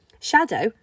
Shadow